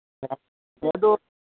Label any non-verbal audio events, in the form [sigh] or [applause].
[unintelligible]